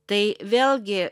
tai vėlgi